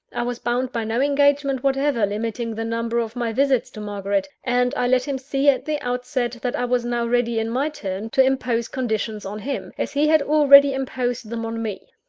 i was bound by no engagement whatever, limiting the number of my visits to margaret and i let him see at the outset, that i was now ready in my turn, to impose conditions on him, as he had already imposed them on me.